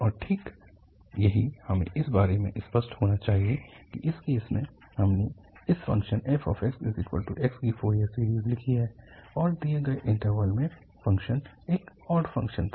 और ठीक यही हमें इस बारे में स्पष्ट होना चाहिए कि इस केस में हमने इस फ़ंक्शन fxx की फोरियर सीरीज़ लिखी है और दिए गए इन्टरवल में फ़ंक्शन एक ऑड फ़ंक्शन था